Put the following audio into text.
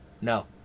No